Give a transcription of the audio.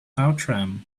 outram